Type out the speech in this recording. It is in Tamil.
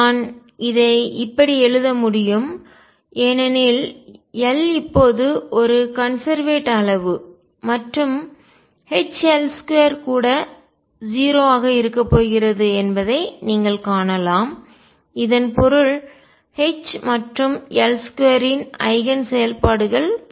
நான் இதை இப்படி எழுத முடியும் ஏனெனில் L இப்போது ஒரு கன்செர்வேட் அளவு மற்றும் H L2 கூட 0 ஆக இருக்கப் போகிறது என்பதை நீங்கள் காணலாம் இதன் பொருள் H மற்றும் L2இன் ஐகன் செயல்பாடுகள் பொதுவானவை